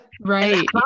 Right